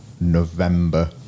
November